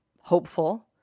Hopeful